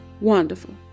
wonderful